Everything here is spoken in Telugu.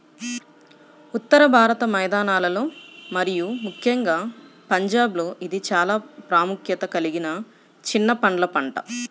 ఉత్తర భారత మైదానాలలో మరియు ముఖ్యంగా పంజాబ్లో ఇది చాలా ప్రాముఖ్యత కలిగిన చిన్న పండ్ల పంట